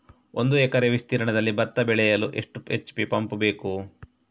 ಒಂದುಎಕರೆ ವಿಸ್ತೀರ್ಣದಲ್ಲಿ ಭತ್ತ ಬೆಳೆಯಲು ಎಷ್ಟು ಎಚ್.ಪಿ ಪಂಪ್ ಬೇಕು?